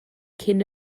cyn